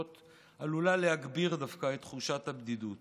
עלולה להגביר דווקא את תחושת הבדידות.